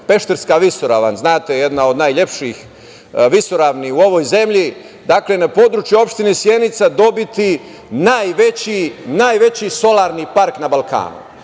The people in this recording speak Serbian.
Pešterska visoravan, jedna od najlepših visoravni u ovoj zemlji, na području opštine Sjenica, dobiti najveći solarni park na Balkanu.